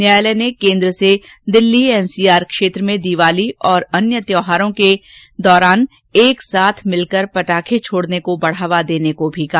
न्यायालय ने केन्द्र से दिल्ली एन सी आर क्षेत्र में दिवाली और अन्य त्यौहारों के दौरान एक साथ मिलकर पटाखे छोड़ने को बढ़ावा देने को भी कहा